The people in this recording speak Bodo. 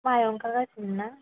माइ ओंखारगासिनो ना